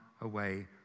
away